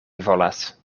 volas